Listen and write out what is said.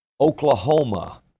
Oklahoma